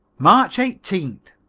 march eighteenth.